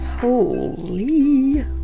Holy